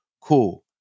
cool